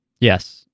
Yes